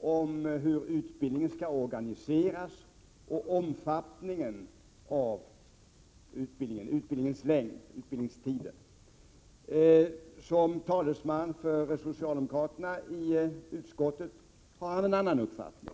om hur vapenfriutbildningen skall organiseras och omfattningen av utbildningstiden. Som talesman för socialdemokraterna i utskottet har han en annan uppfattning.